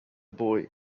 boy